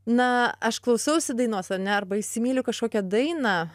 na aš klausausi dainos ar ne arba įsimyliu kažkokią dainą